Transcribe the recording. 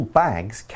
bags